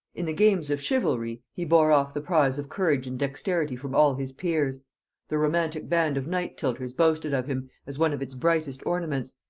in the games of chivalry he bore off the prize of courage and dexterity from all his peers the romantic band of knights-tilters boasted of him as one of its brightest ornaments,